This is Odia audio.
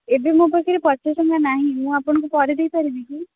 ଏବେ ମୋ ପାଖରେ ପଚାଶ ଟଙ୍କା ନାହିଁ ମୁଁ ଆପଣଙ୍କୁ ପରେ ଦେଇପାରିବି କି